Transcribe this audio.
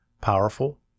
powerful